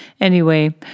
Anyway